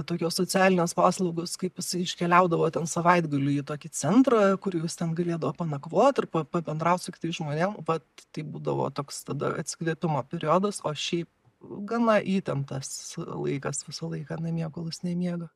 tokios socialinės paslaugos kaip jisai iškeliaudavo ten savaitgaliui į tokį centrą kur jau jis ten galėdavo panakvot ir pabendraut su kitais žmonėm vat tai būdavo toks tada atsikvėpimo periodas o šiaip gana įtemptas laikas visą laiką namie kol jis nemiega